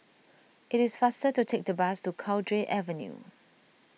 it is faster to take the bus to Cowdray Avenue